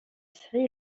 sri